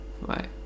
right